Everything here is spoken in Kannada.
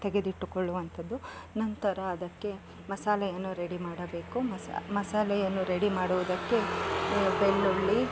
ತೆಗೆದಿಟ್ಟುಕೊಳ್ಳುವಂಥದ್ದು ನಂತರ ಅದಕ್ಕೆ ಮಸಾಲೆಯನ್ನು ರೆಡಿ ಮಾಡಬೇಕು ಮಸ ಮಸಾಲೆಯನ್ನು ರೆಡಿ ಮಾಡುವುದಕ್ಕೆ ಬೆಳ್ಳುಳ್ಳಿ